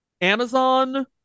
Amazon